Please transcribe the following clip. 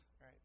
right